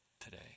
today